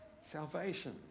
salvation